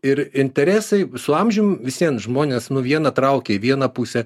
ir interesai su amžium vis vien žmonės vieną traukia į vieną pusę